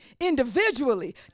individually